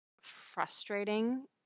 frustrating